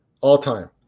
All-time